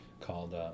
called